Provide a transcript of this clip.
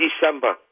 December